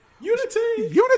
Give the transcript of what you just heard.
unity